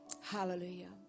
Hallelujah